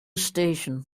station